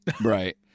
Right